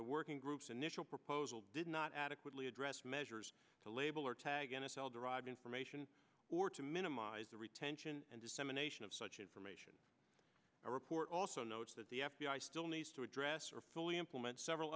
the working groups an issue or proposal did not adequately address measures to label or tag n f l derived information or to minimize the retention and dissemination of such information a report also notes that the f b i still needs to address or fully implement several